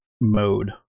mode